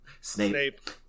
Snape